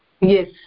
Yes